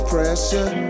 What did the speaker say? Pressure